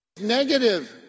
Negative